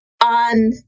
on